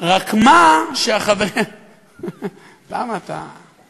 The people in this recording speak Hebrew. רק מה, למה אתה?